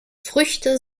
früchte